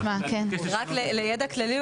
רק לידע כללי,